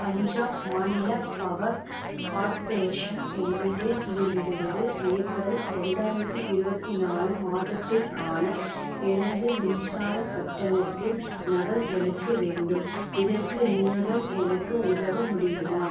பஞ்சாப் மாநில power corporation லிமிடெட்லிலிருந்து April ரெண்டாயிரத்து இருபத்தி நாலு மாதத்திற்கான எனது மின்சார கட்டணத்தின் நகல் எனக்கு வேண்டும் இதற்கு நீங்கள் எனக்கு உதவ முடியுமா